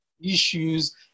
issues